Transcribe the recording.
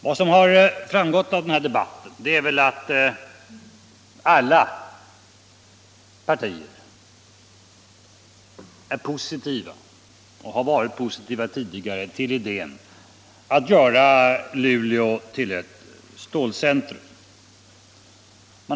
Vad som har framgått av den här debatten är att alla partier är positiva till idén att göra Luleå till ett stålcentrum.